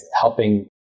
helping